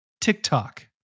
TikTok